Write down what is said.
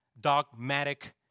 dogmatic